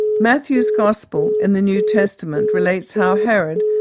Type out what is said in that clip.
matthew's gospel in the new testament relates how herod,